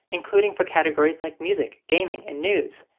including for categories like music gaming, and news.